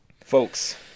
Folks